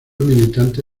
militante